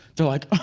they're like,